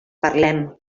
parlem